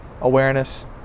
awareness